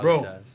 Bro